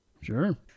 Sure